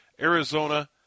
Arizona